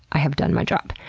i have done my job.